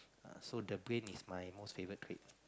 so the brain is my most favorite trait